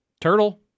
Turtle